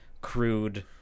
crude